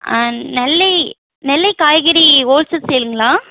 ஆ நெல்லை நெல்லை காய்கறி ஹோல்ஸு சேலுங்களா